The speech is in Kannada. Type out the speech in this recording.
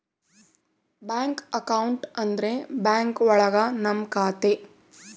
ಬ್ಯಾಂಕ್ ಅಕೌಂಟ್ ಅಂದ್ರೆ ಬ್ಯಾಂಕ್ ಒಳಗ ನಮ್ ಖಾತೆ